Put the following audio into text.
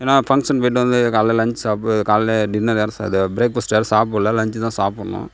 ஏன்னா ஃபங்க்ஷன் போய்ட்டு வந்து காலையில் லன்ச் சாப்பிட்டு காலையில் டின்னரு ப்ரேக்ஃபர்ஸ்ட் வேற சாப்பிடல லன்ச் தான் சாப்புடணும்